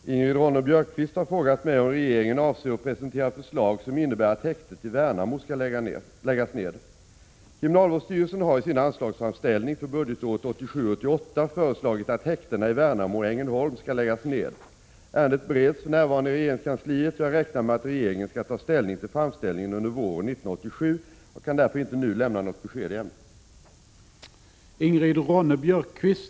Herr talman! Ingrid Ronne-Björkqvist har frågat mig om regeringen avser att presentera förslag som innebär att häktet i Värnamo skall läggas ned. Kriminalvårdsstyrelsen har i sin anslagsframställning för budgetåret 1987/88 föreslagit att häktena i Värnamo och Ängelholm skall läggas ned. Ärendet bereds för närvande i regeringskansliet. Jag räknar med att regeringen skall ta ställning till framställningen under våren 1987. Jag kan därför inte nu lämna något besked i ärendet.